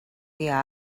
dia